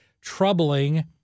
troubling